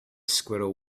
squirrel